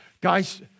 Guys